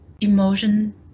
emotion